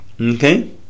okay